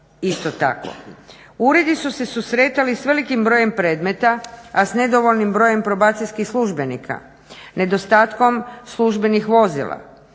Uredi su se susretali s velikim brojem predmeta a s nedovoljnim brojem probacijskih službenika, nedostatkom službenih vozila.